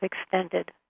extended